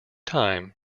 time